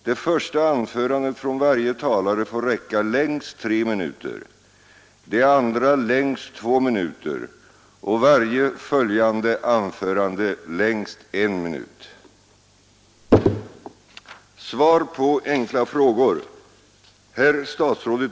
Det första anförandet från varje talare får räcka längst tre minuter, det andra längst två minuter och varje följande anförande längst en minut.